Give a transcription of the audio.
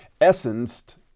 Essenced